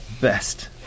best